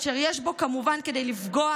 אשר יש בו כמובן כדי לפגוע